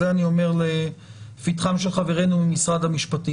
את זה אני אומר לפתחם של חברינו ממשרד המשפטים.